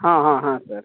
हाँ हाँ हाँ सर